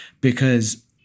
because-